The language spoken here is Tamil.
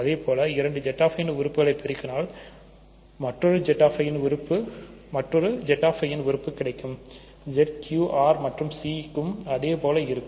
அதேபோல இரண்டு Zi உறுப்புகளை பெருக்கினால் மற்றொருZiன் உறுப்பு கிடைக்கும் Z Q R மற்றும் Cக்கும் அதேபோல இருக்கும்